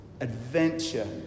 adventure